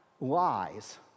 lies